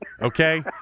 Okay